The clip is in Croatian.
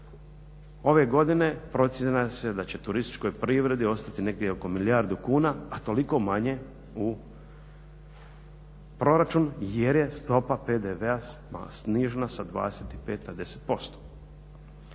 Ove godine procjenjuje se da će turističkoj privredi ostati negdje oko milijardu kuna, a toliko manje u proračun jer je stopa PDV-a snižena sa 25 na 10%.